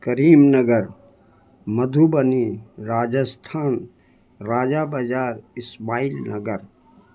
کریم Nagar Madhubani Rajasthan Raja Bazar Ismail Nagar